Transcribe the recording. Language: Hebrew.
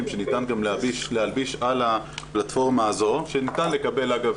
שניתן גם להלביש על הפלטפורמה הזו שניתן לקבל אגב